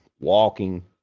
walking